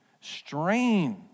strain